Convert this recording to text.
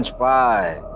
by